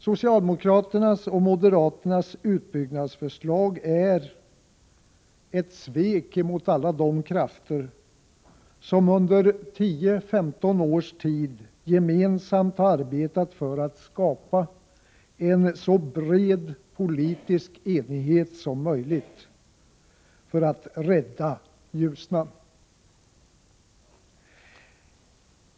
Socialdemokraternas och moderaternas utbyggnadsförslag är ett svek gentemot alla de krafter som under tio femton års tid gemensamt arbetat för att skapa en så bred politisk enighet som möjligt för att rädda Ljusnan.